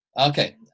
okay